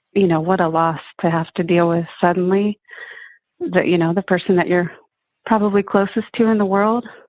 you know, what a loss to have to deal with suddenly that, you know, the person that you're probably closest to in the world.